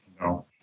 No